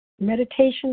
meditation